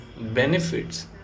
benefits